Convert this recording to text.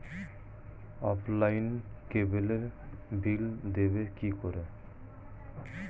অফলাইনে ক্যাবলের বিল দেবো কি করে?